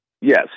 Yes